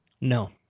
No